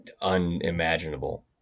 unimaginable